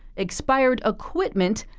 expired equipment,